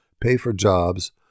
pay-for-jobs